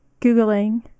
googling